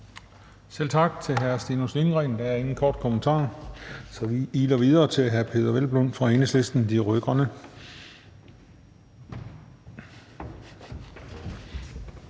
Selv tak til hr. Stinus Lindgreen. Der er ingen korte bemærkninger, så vi iler videre til hr. Peder Hvelplund fra Enhedslisten – De Rød-Grønne.